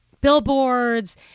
billboards